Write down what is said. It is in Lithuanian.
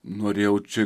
norėjau čia